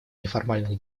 неформальных